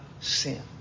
sin